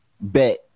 bet